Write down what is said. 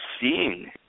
seeing